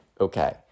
Okay